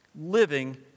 Living